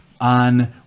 on